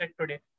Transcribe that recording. today